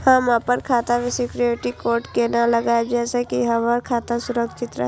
हम अपन खाता में सिक्युरिटी कोड केना लगाव जैसे के हमर खाता सुरक्षित रहैत?